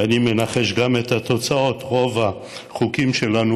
ואני מנחש גם את התוצאות: רוב החוקים שלנו